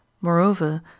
moreover